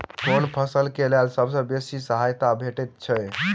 केँ फसल केँ लेल सबसँ बेसी सहायता भेटय छै?